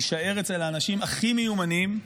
יישאר אצל האנשים הכי מיומנים.